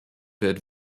wird